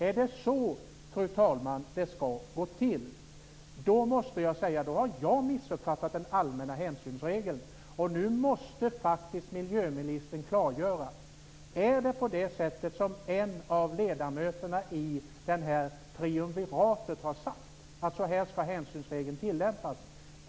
Är det så det skall gå till, fru talman? Då har jag missuppfattat den allmänna hänsynsregeln. Nu måste faktiskt miljöministern klargöra om hänsynsregeln skall tillämpas så som en av ledamöterna i det här triumviratet har sagt.